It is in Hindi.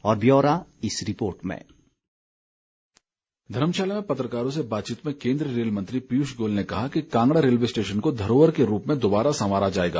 और ब्योरा इस रिपोर्ट में धर्मशाला में पत्रकारों से बातचीत में केन्द्रीय रेल मंत्री पीयूष गोयल ने कहा कि कांगड़ा रेलवे स्टेशन को धरोहर का रूप देकर दोबारा संवारा जाएगा